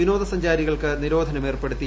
വിനോദസഞ്ചാരികൾക്ക് നിരോധനം ഏർപ്പെടുത്തി